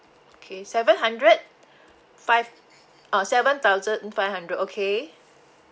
okay seven hundred five uh seven thousand five hundred okay